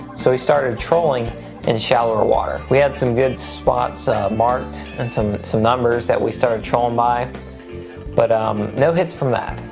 so we started trolling in shallower water. we had some good spots marked and some some numbers that we started trolling by but um no hits from that.